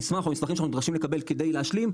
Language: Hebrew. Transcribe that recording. המסמכים שאנחנו נדרשים לקבל כדי להשלים,